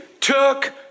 took